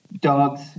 dogs